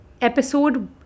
episode